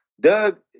Doug